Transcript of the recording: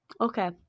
Okay